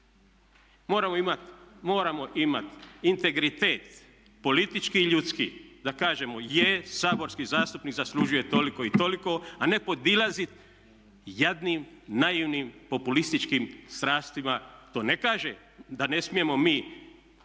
Moramo imat integritet politički i ljudski da kažemo, je saborski zastupnik zaslužuje toliko i toliko, a ne podilazit jadnim, naivnim, populističkim strastima. To ne kaže da ne smijemo mi